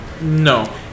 No